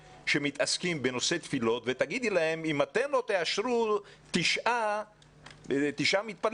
שמתעסקים בנושא תפילות ותגידי להם שאם הם לא יאשרו תשעה מתפללים,